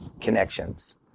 connections